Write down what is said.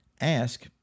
ask